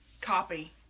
copy